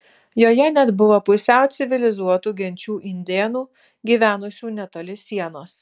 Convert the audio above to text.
joje net buvo pusiau civilizuotų genčių indėnų gyvenusių netoli sienos